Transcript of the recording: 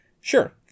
Sure